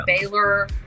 Baylor